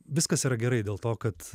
viskas yra gerai dėl to kad